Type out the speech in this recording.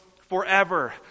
forever